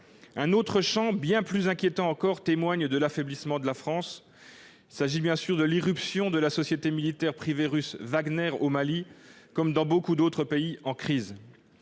Un autre phénomène, bien plus inquiétant encore, témoigne de l'affaiblissement de la France : il s'agit, bien sûr, de l'irruption de la société militaire privée russe Wagner au Mali, comme dans beaucoup d'autres pays en crise.